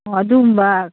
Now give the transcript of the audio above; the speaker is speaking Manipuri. ꯑꯣ ꯑꯗꯨꯒꯨꯝꯕ